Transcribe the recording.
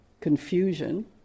confusion